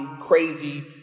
crazy